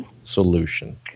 solution